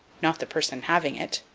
not the person having it.